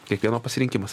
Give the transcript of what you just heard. kiekvieno pasirinkimas